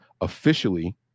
officially